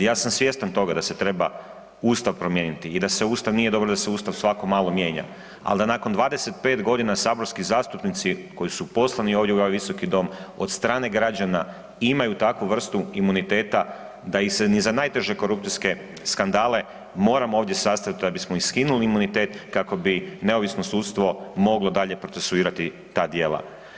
Ja sam svjestan toga da se treba ustav promijeniti i da se ustav, nije dobro da se ustav svako malo mijenja, al da nakon 25.g. saborski zastupnici koji su poslani ovdje u ovaj visoki dom od strane građana imaju takvu vrstu imuniteta da ih se ni za najteže korupcijske skandale moramo ovdje sastat da bismo im skinuli imunitet kako bi neovisno sudstvo moglo dalje procesuirati ta dijela.